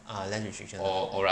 ah less restrictions ah